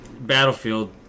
Battlefield